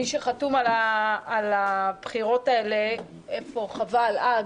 מי שחתום על הבחירות האלה אה,